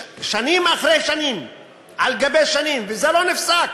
שנים על גבי שנים, וזה לא נפסק.